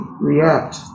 react